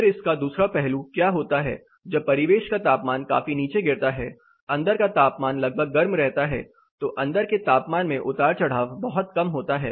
फिर इसका दूसरा पहलू क्या होता है जब परिवेश का तापमान काफी नीचे गिरता है अंदर का तापमान लगभग गर्म रहता है तो अंदर के तापमान में उतार चढ़ाव बहुत कम होता है